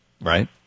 Right